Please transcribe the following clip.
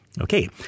Okay